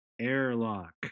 Airlock